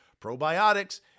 probiotics